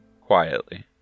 quietly